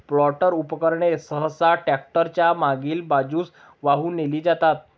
planter उपकरणे सहसा tractor च्या मागील बाजूस वाहून नेली जातात